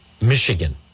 Michigan